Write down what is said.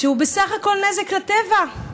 שהוא בסך הכול נזק לטבע,